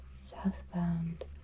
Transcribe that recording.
southbound